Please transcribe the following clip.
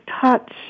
touch